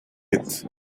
lit